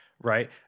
right